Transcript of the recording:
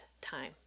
time